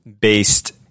based